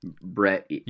Brett